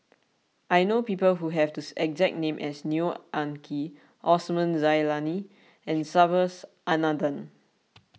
I know people who have the exact name as Neo Anngee Osman Zailani and Subhas Anandan